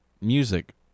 music